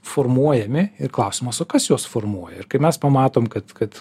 formuojami i klausimas o kas juos formuoja ir kai mes pamatom kad kad